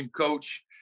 coach